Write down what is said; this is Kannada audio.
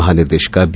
ಮಹಾನಿರ್ದೇಶಕ ಬಿ